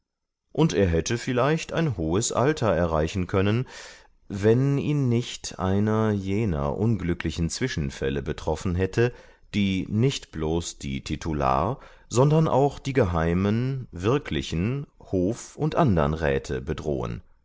und er hätte vielleicht ein hohes alter erreichen können wenn ihn nicht einer jener unglücklichen zwischenfälle betroffen hätte die nicht bloß die titular sondern auch die geheimen wirklichen hof und andern räte bedrohen